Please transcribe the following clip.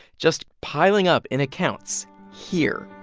just piling up in accounts here.